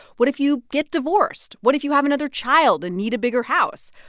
what if you get divorced? what if you have another child and need a bigger house?